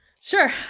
Sure